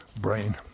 brain